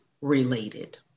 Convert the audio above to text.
related